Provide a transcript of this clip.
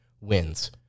wins